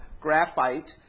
graphite